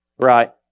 Right